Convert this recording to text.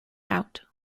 out